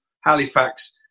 Halifax